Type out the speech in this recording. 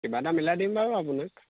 কিবা এটা মিলাই দিম বাৰু আপোনাক